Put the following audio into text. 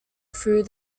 through